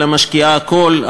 אלא משקיעה הכול,